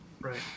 right